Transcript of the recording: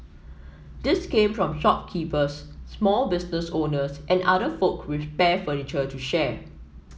these came from shopkeepers small business owners and other folk with spare furniture to share